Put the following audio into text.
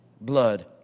blood